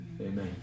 Amen